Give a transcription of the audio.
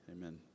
Amen